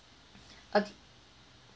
okay